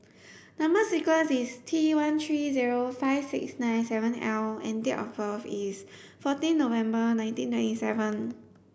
number sequence is T one three zero five six nine seven L and date of birth is fourteen November nineteen twenty seven